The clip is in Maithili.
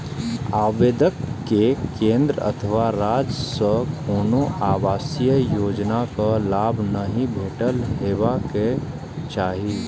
आवेदक कें केंद्र अथवा राज्य सं कोनो आवासीय योजनाक लाभ नहि भेटल हेबाक चाही